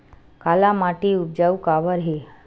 काला माटी उपजाऊ काबर हे?